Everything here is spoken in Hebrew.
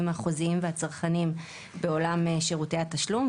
החוזיים והצרכניים בעולם שירותי התשלום,